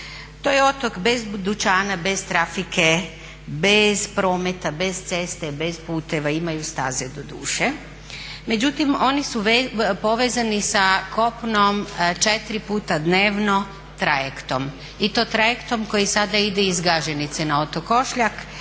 To je otok bez dućana, bez trafike, bez prometa, bez ceste, bez puteva. Imaju staze doduše. Međutim, oni su povezani sa kopnom četiri puta dnevno trajektom i to trajektom koji sada ide iz Gaženice na otok Ošljak,